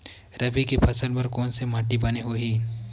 रबी के फसल बर कोन से माटी बने होही?